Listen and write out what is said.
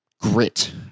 grit